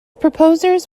proposers